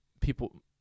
people